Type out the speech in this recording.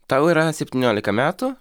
tau yra septyniolika metų